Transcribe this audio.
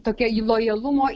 tokia į lojalumo